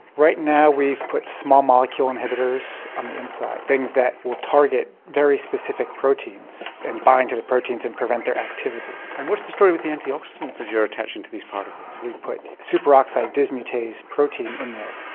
right now we've put small molecule inhibitors on the inside, things that will target very specific proteins and bind to the proteins and prevent their activity. and what's the story with the antioxidants that you're attaching to these particles? we put superoxide dismutase protein in there,